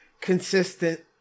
consistent